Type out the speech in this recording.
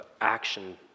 action